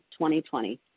2020